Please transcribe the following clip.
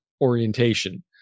orientation